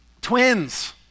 twins